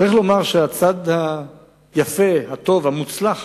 צריך לומר שהצד היפה, הטוב, המוצלח